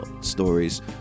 stories